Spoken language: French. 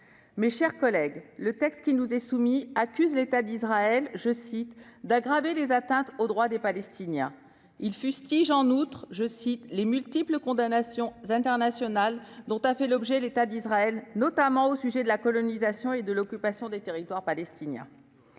Mes chers collègues, le texte qui nous est soumis accuse l'État d'Israël « d'aggraver les atteintes aux droits des Palestiniens ». Il le fustige en outre, en rappelant les « multiples condamnations internationales dont a fait l'objet l'État d'Israël, notamment au sujet de la colonisation et de l'occupation des territoires palestiniens ».